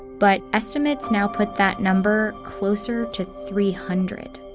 but estimates now put that number closer to three hundred.